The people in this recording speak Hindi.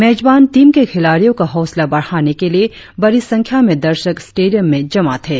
मेजबान टीम के खिलाड़ियों का होसला बढ़ाने के लिए बड़ी संख्या में दर्शक स्टेडियम में जमा थे